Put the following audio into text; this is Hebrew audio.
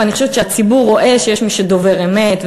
ואני חושבת שהציבור רואה שיש מי שדובר אמת,